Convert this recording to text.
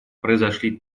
произошли